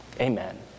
Amen